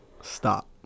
stop